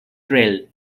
trail